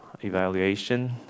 evaluation